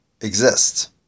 exists